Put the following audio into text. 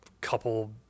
couple